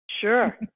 Sure